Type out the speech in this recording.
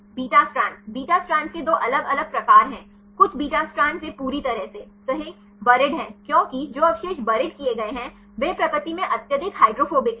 beta strand beta strand के दो अलग अलग प्रकार हैं कुछ बीटा स्ट्रैंड्स यह पूरी तरह से सही बुरीद हैं क्योंकि जो अवशेष बुरीद किए गए हैं वे प्रकृति में अत्यधिक हाइड्रोफोबिक हैं